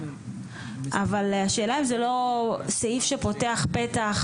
אבל השאלה אם זה לא סעיף שפותח פתח